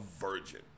virgin